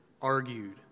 argued